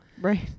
right